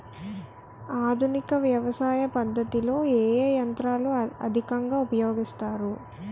ఆధునిక వ్యవసయ పద్ధతిలో ఏ ఏ యంత్రాలు అధికంగా ఉపయోగిస్తారు?